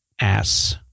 ass